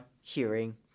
hearing